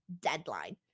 deadline